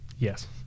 Yes